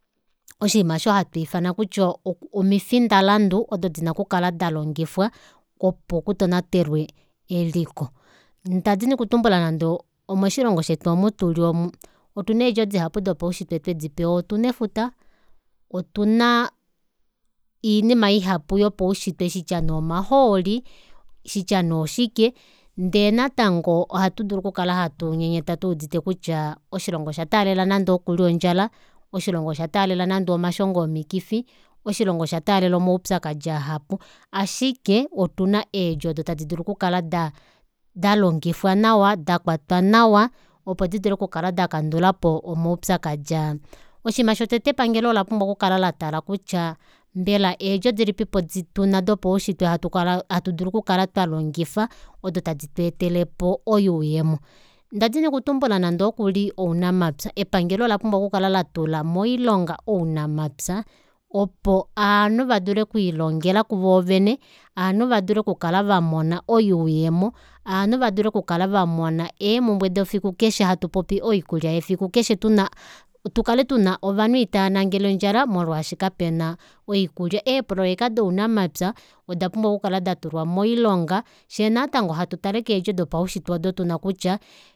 Oshiima aasho hatuu fana kutya omifindaladu odo dina okukala dalongifwa opo kutonatelwe eliko. Ndadini okutumbula nande omoshilongo shetu omu tuli omu otuna eedjo dopaushitwe dihapu twedipewa otuna efuta otuna iinima ihapu yopaushitwe shitya nee omahooli shitya nee oshike ndee natango ohatu dulu oku kala hatu nyenyeta tuudite kutya oshilongo osha taalela nande okuli ondjala oshilongo osha taalela nande omashongo omikifi oshilongo osha taalela omaupyakadi aahapu ashike otuna eendjo odo tadi dulu oku kala dalongifwa nawa dakwatwa nawa opo didule oku kala dakandulapo omaupyakadi aa oshinima shotete epangelo olapumbwa okukala latala kutya mbela eendjo dilipipo dopaushitwe tuna hatu dulu oku kala twalongifa odo tadi tweetelepo oyuuyemo ndadini okutumbula nande ookuli ounamapya epangelo ola pumbwa oku kala latula moilonga ounamapya opo aanhu vadule okwiilongela kuvoo vene aanhu vadule ku kala vamona oyuuyemo aanhu vadule okukala vamona eemumbwe defiku keshe hatu popi oikulya yefiku keshe tuna tukale tuna ovanhu itaanangele odjala molwaashi kapena oikulya eeprojeka dounamapya odapumbwa okukala datulwa moilonga fyee natango hatu tale keendjo dopaushitwe odo tuna kutya